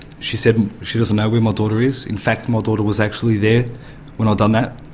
she says she doesn't know where my daughter is, in fact my daughter was actually there when i done that,